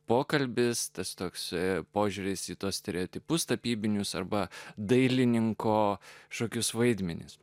pokalbis tas toks požiūris į tuos stereotipus tapybinius arba dailininko šokius vaidmenis